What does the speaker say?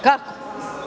Kako?